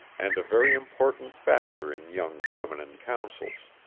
and a very important factor in young feminine councils.